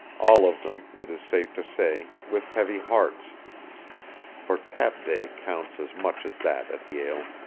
all of them, it is safe to say, with heavy hearts for tap day counts as much as that at yale.